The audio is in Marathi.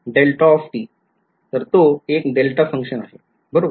तर तो एक डेल्टा function आहे बरोबर